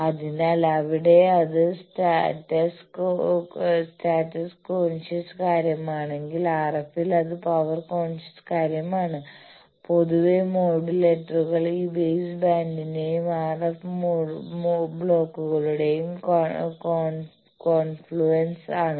അതിനാൽ അവിടെ അത് സ്റ്റാറ്റസ് കോൺഷ്യസ് കാര്യമാണെങ്കിൽ RF ൽ അത് പവർ കോൺഷ്യസ് കാര്യമാണ് പൊതുവെ മോഡുലേറ്ററുകൾ ഈ ബേസ് ബാൻഡിന്റെയും RF ബ്ലോക്കുകളുടെയും കോൺഫ്ലുൻസ് ആണ്